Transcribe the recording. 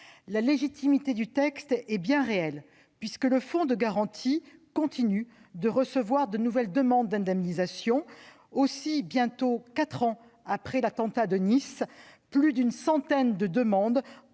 la proposition de loi est bien réelle, puisque le Fonds de garantie continue de recevoir de nouvelles demandes d'indemnisation. Ainsi, bientôt quatre ans après l'attentat de Nice, plus d'une centaine de demandes ont